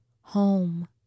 home